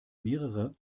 mehrere